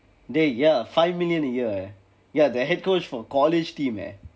dey ya five million a year eh ya their head coach for college team eh